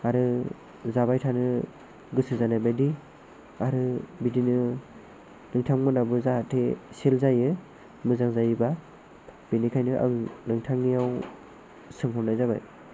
आरो जाबाय थानो गोसो जानायबायदि आरो बिदिनो नोंथांमोनहाबो जाहाथे सेल जायो मोजां जायोबा बेनिखायनो आं नोंथांनियाव सोंहरनाय जाबाय